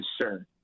concern